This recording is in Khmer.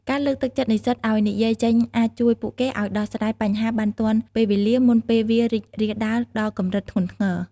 ការលើកទឹកចិត្តនិស្សិតឱ្យនិយាយចេញអាចជួយពួកគេឱ្យដោះស្រាយបញ្ហាបានទាន់ពេលវេលាមុនពេលវារីករាលដាលដល់កម្រិតធ្ងន់ធ្ងរ។